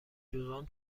جذام